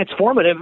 transformative